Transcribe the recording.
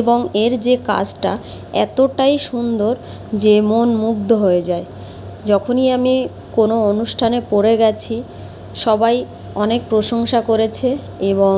এবং এর যে কাজটা এতটাই সুন্দর যে মন মুগ্ধ হয়ে যায় যখনই আমি কোনো অনুষ্ঠানে পরে গেছি সবাই অনেক প্রশংসা করেছে এবং